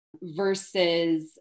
versus